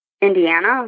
Indiana